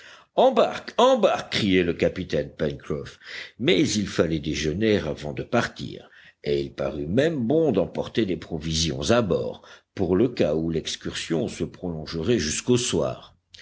embarque embarque criait le capitaine pencroff mais il fallait déjeuner avant de partir et il parut même bon d'emporter des provisions à bord pour le cas où l'excursion se prolongerait jusqu'au soir